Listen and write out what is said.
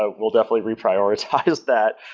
ah we'll definitely re prioritize that.